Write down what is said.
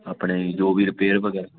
ਆਪਣੀ ਜੋ ਵੀ ਰਿਪੇਅਰ ਵਗੈਰਾ